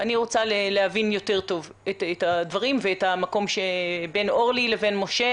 רוצה להבין יותר טוב את הדברים ואת המקום בין אורלי לבין משה,